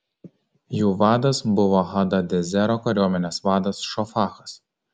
jų vadas buvo hadadezero kariuomenės vadas šofachas